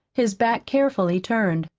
his back carefully turned.